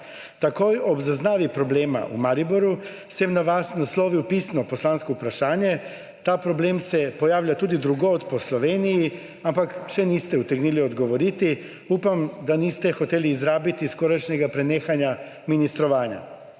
Takoj ob zaznavi problema v Mariboru sem na vas naslovil pisno poslansko vprašanje ‒ ta problem se pojavlja tudi drugod po Sloveniji ‒, ampak še niste utegnili odgovoriti. Upam, da niste hoteli izrabiti skorajšnjega prenehanja ministrovanja.